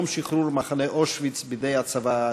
יום שחרור מחנה אושוויץ בידי הצבא האדום.